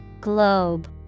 Globe